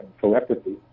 telepathy